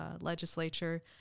legislature